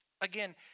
Again